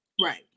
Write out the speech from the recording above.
Right